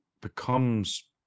becomes